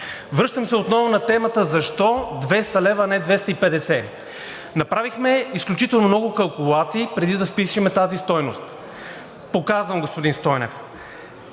Връщам се отново на темата защо 200 лв., а не 250. Направихме изключително много калкулации, преди да впишем тази стойност. Господин Стойнев,